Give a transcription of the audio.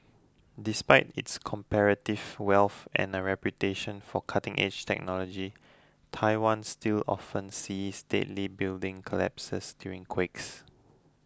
despite its comparative wealth and a reputation for cutting edge technology Taiwan still often sees deadly building collapses during quakes